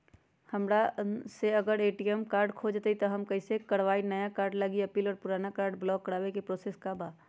हमरा से अगर ए.टी.एम कार्ड खो जतई तब हम कईसे करवाई नया कार्ड लागी अपील और पुराना कार्ड ब्लॉक करावे के प्रोसेस का बा?